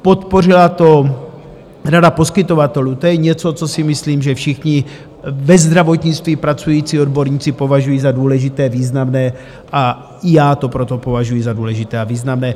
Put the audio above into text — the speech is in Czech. Podpořila to Rada poskytovatelů, to je něco, co si myslím, že všichni ve zdravotnictví pracující odborníci považuji za důležité, významné, a i já to proto považuji za důležité a významné.